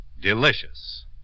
delicious